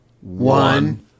one